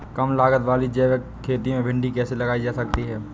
कम लागत वाली जैविक खेती में भिंडी कैसे लगाई जा सकती है?